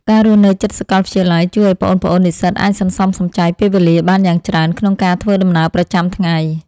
ការរស់នៅជិតសាកលវិទ្យាល័យជួយឱ្យប្អូនៗនិស្សិតអាចសន្សំសំចៃពេលវេលាបានយ៉ាងច្រើនក្នុងការធ្វើដំណើរប្រចាំថ្ងៃ។